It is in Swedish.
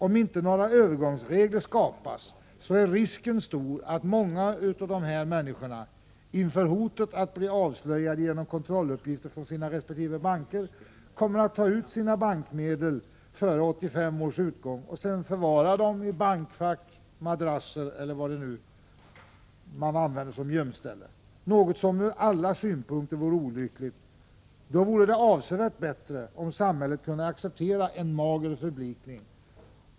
Om inte några övergångsregler skapas, är risken stor att många av dessa människor — inför hotet att bli avslöjade genom kontrolluppgifter från sina resp. banker — tar ut sina sparmedel före 1985 års utgång för att sedan förvara dem i bankfack, madrass eller på något annat gömställe. Ur alla synpunkter vore det olyckligt. Då vore det avsevärt bättre, om samhället kunde acceptera ”en mager förlikning”!